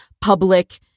public